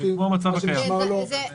זה משהו שנשמר לו?